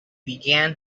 began